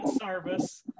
service